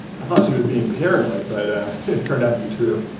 i thought she was being paranoid, but it turned out to be true.